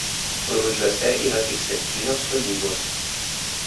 rudžiuose yra tik septynios sodybos